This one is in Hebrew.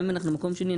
גם אם אנחנו מקום שני,